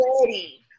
ready